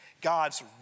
God's